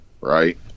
right